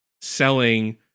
selling